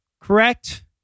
correct